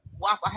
waffle